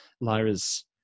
Lyra's